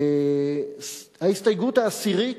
ההסתייגות העשירית,